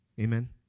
Amen